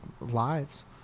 lives